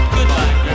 Goodbye